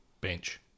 Bench